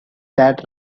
that